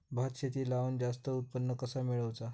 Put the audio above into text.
भात शेती लावण जास्त उत्पन्न कसा मेळवचा?